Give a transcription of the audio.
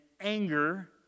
anger